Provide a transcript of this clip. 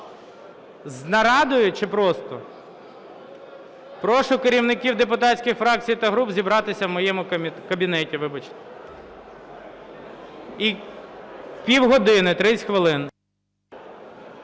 З нарадою чи просто? Прошу керівників депутатських фракцій та груп зібратися в моєму кабінеті, вибачте. Півгодини, 30 хвилин.